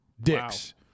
Dicks